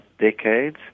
decades